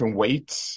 weights